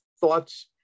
thoughts